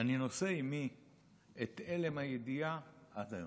אני נושא עימי את הלם הידיעה עד היום.